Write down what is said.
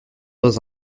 dans